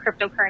cryptocurrency